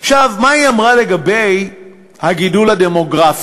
עכשיו, מה היא אמרה לגבי הגידול הדמוגרפי,